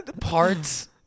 Parts